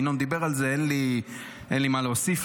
ינון דיבר על זה, אין לי מה להוסיף.